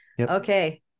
Okay